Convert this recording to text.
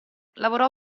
lavorò